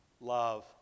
Love